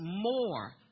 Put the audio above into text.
more